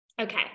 Okay